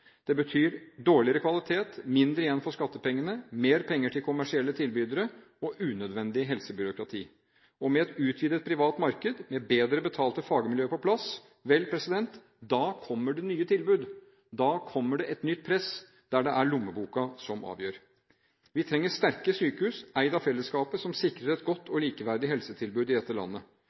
Det betyr dårligere kvalitet, mindre igjen for skattepengene, mer penger til kommersielle tilbydere og unødvendig helsebyråkrati. Og med et utvidet privat marked med bedre betalte fagmiljøer på plass, da kommer det nye tilbud, da kommer det et nytt press, der det er lommeboka som avgjør. Vi trenger sterke sykehus eid av fellesskapet, som sikrer et godt og likeverdig helsetilbud i dette landet.